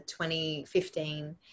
2015